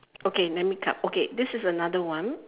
okay let me cut okay this is another one